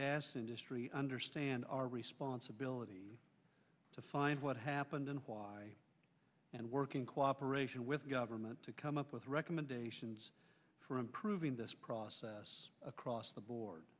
gas industry understand our responsibility to find what happened and why and work in cooperation with government to come up with recommendations for improving this process across the board